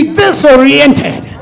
disoriented